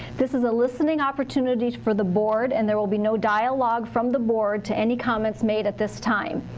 this is an ah listening opportunity for the board and there will be no dialog from the board to any comments made at this time.